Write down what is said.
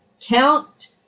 count